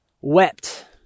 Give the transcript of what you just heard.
wept